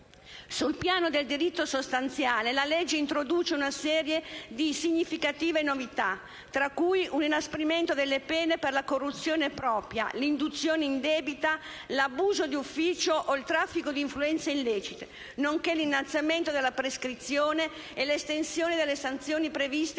Sul piano del diritto sostanziale, la legge introduce una serie di significative novità, tra cui un inasprimento delle pene per la corruzione propria, l'induzione indebita, l'abuso d'ufficio e il traffico di influenze illecite, nonché l'innalzamento della prescrizione e l'estensione delle sanzioni previste